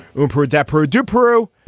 whooper adepero do pro.